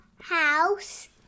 house